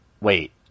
wait